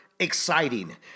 exciting